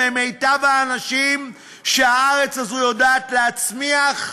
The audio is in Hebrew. ממיטב האנשים שהארץ הזו יודעת להצמיח,